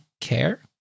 care